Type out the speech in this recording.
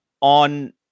on